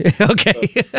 Okay